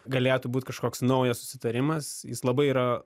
galėtų būt kažkoks naujas susitarimas jis labai yra